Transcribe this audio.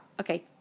okay